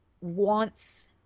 wants